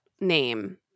name